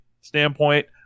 standpoint